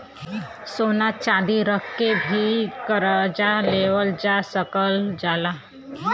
सोना चांदी रख के भी करजा लेवल जा सकल जाला